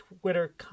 Twitter